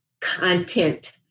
content